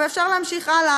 ואפשר להמשיך הלאה.